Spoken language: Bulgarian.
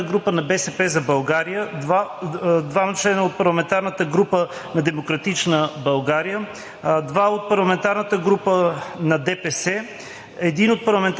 4 от парламентарната група на „БСП за България“, 3 от парламентарната група на „Демократична България“, 3 от парламентарната група на